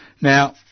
now